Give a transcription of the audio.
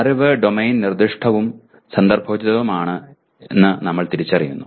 അറിവ് ഡൊമെയ്ൻ നിർദ്ദിഷ്ടവും സന്ദർഭോചിതവുമാണെന്ന് നമ്മൾ തിരിച്ചറിയുന്നു